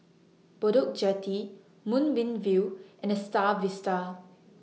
Bedok Jetty Moonbeam View and The STAR Vista